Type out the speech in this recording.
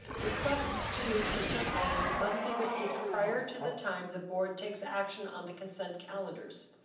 requests to move consent items must be received prior to the time the board takes action on the consent calendars.